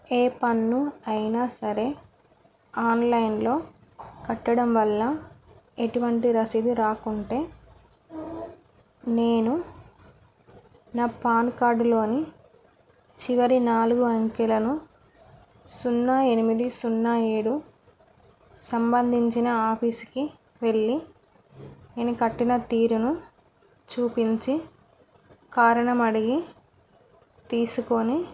ఏ పన్ను అయినా సరే ఆన్లైన్లో కట్టడం వల్ల ఎటువంటి రసీదు రాకుంటే నేను నా పాన్కార్డులోని చివరి నాలుగు అంకెలను సున్నా ఎనిమిది సున్నా ఏడు సంబంధించిన ఆఫీస్కి వెళ్ళి నేను కట్టిన తీరును చూపించి కారణం అడిగి తీసుకుని